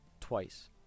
twice